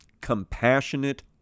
Compassionate